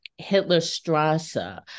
Hitlerstrasse